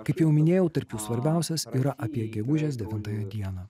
kaip jau minėjau tarp jų svarbiausias yra apie gegužės devintąją dieną